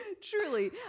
Truly